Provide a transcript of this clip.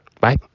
Bye